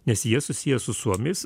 nes jie susiję su suomiais